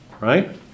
right